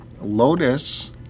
Lotus